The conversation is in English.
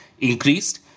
increased